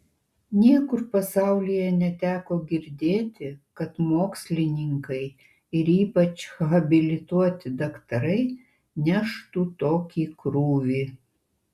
niekur pasaulyje neteko girdėti kad mokslininkai ir ypač habilituoti daktarai neštų tokį krūvį